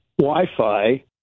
Wi-Fi